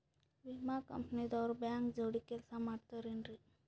ವಿಮಾ ಕಂಪನಿ ದವ್ರು ಬ್ಯಾಂಕ ಜೋಡಿ ಕೆಲ್ಸ ಮಾಡತಾರೆನ್ರಿ?